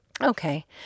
okay